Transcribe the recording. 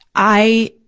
i,